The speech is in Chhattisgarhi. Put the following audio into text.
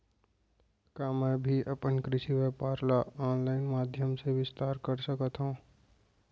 का मैं भी अपन कृषि व्यापार ल ऑनलाइन माधयम से विस्तार कर सकत हो?